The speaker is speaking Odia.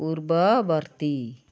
ପୂର୍ବବର୍ତ୍ତୀ